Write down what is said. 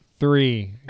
Three